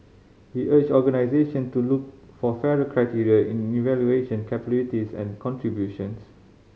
he urged organisation to look for fairer criteria in evaluation capabilities and contributions